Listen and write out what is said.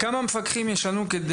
כמה מפקחים יש לנו?